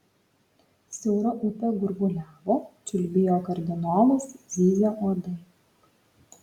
siaura upė gurguliavo čiulbėjo kardinolas zyzė uodai